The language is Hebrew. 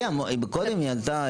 מקודם היא ענתה,